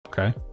okay